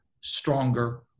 stronger